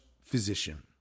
physician